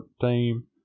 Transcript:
team